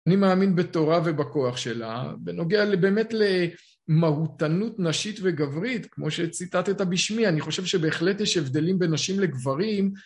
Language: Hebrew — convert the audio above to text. אני מאמין בתורה ובכוח שלה, בנוגע באמת למהותנות נשית וגברית, כמו שציטטת בשמי, אני חושב שבהחלט יש הבדלים בין נשים לגברים.